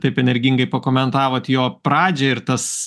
taip energingai pakomentavot jo pradžią ir tas